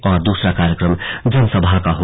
और दूसरा कार्यक्रम जनसभा का है